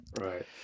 Right